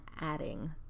adding